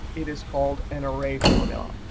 it is called an array formula.